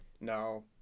no